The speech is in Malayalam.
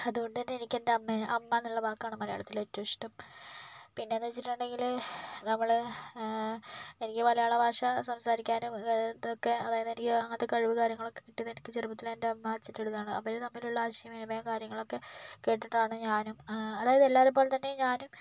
അതുകൊണ്ട് തന്നെ എനിക്ക് എൻ്റെ അമ്മേന അമ്മാന്നുള്ള വാക്കാണ് മലയാളത്തിൽ ഏറ്റവും ഇഷ്ടം പിന്നേന്ന് വെച്ചിട്ടുണ്ടെങ്കില് നമ്മള് എനിക്ക് മലയാള ഭാഷ സംസാരിക്കാനും ഇതൊക്കെ അങ്ങനത്തെ കഴിവ് കാര്യങ്ങളൊക്കെ കിട്ടിയത് എനിക്ക് ചെറുപ്പത്തിലേ എൻറ അമ്മ അച്ചന്റെ അടുത്ത് നിന്നാണ് അവര് തമ്മിലുള്ള ആശയ വിനിമയം കാര്യങ്ങളൊക്ക കേട്ടിട്ടാണ് ഞാനും അതായത് എല്ലാവരെയും പോലെ തന്നെ ഞാനും